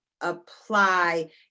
apply